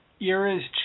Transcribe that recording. eras